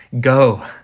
Go